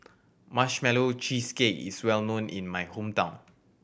Marshmallow Cheesecake is well known in my hometown